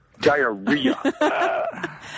Diarrhea